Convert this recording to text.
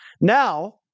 Now